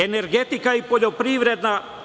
Energetika i poljoprivreda.